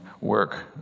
work